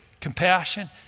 compassion